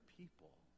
people